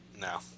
No